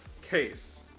case